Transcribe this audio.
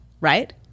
right